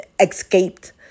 escaped